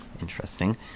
Interesting